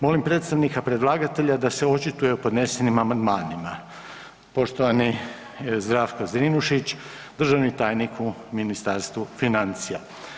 Molim predstavnika predlagatelja da se očituje o podnesenim amandmanima, poštovani Zdravko Zrinušić, državni tajnik u Ministarstvu financija.